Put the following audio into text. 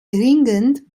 dringend